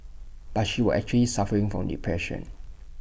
but she were actually suffering from depression